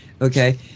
Okay